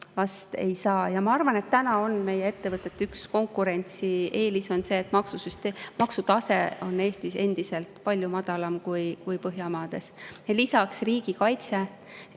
vast ei saa. Ma arvan, et täna on meie ettevõtete üks konkurentsieelis see, et maksutase on Eestis endiselt palju madalam kui Põhjamaades. Ja lisaks riigikaitse.